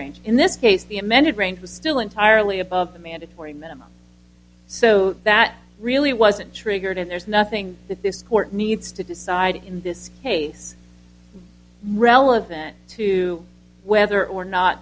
range in this case the amended range was still entirely above the mandatory minimum so that really wasn't triggered and there's nothing that this court needs to decide in this case relevant to whether or not